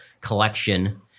collection